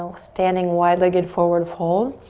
ah standing wide-legged forward fold.